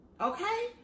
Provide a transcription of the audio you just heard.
Okay